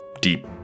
deep